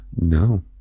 No